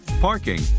parking